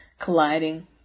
colliding